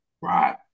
Right